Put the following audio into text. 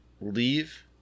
leave